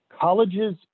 colleges